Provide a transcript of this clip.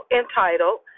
entitled